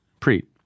Preet